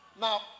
Now